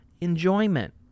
enjoyment